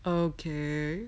okay